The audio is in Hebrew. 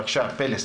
בבקשה, פלס.